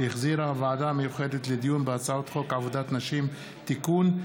שהחזירה הוועדה המיוחדת לדיון בהצעת חוק עבודת נשים (תיקון,